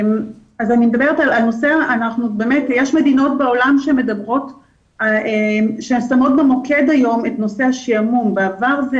יש מדינות בעולם ששמות במוקד היום את נושא הבדידות.